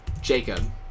Jacob